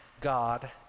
God